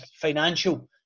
financial